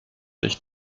dich